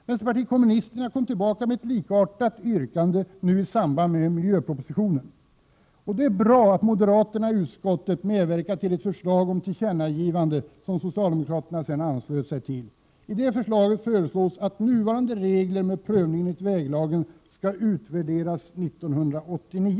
Vpk kom tillbaka med ett likartat yrkande, nu i samband med miljöpropositionen. Det var bra att moderaterna i utskottet medverkade till ett förslag om tillkännagivande som socialdemokraterna 21 sedan anslöt sig till. I det förslaget föreslås att nuvarande regler med prövning enligt väglagen skall utvärderas 1989.